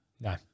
No